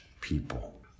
people